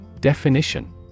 Definition